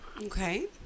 Okay